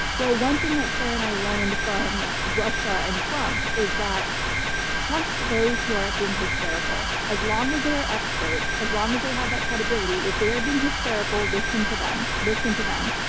well, one thing that sarah and i learned from russia and trump is that trust those who are being hysterical, as long as they are experts, as long as they have that credibility, if they are being hysterical, listen to them, listen to them.